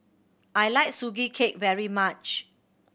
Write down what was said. I like Sugee Cake very much